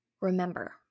remember